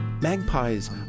Magpies